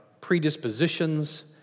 predispositions